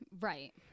Right